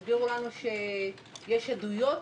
הסבירו לנו שיש עדויות